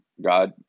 God